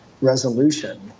resolution